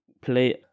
play